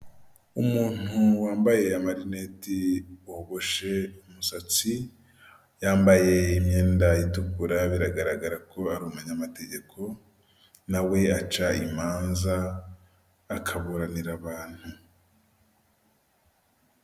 Umuntu wambaye amarineti wogoshe umusatsi yambaye imyenda itukura, biragaragara ko ari umunyamategeko na we aca imanza akaburanira abantu.